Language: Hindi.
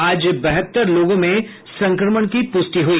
आज बहत्तर लोगों में संक्रमण की पुष्टि हुई